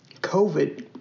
COVID